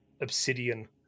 obsidian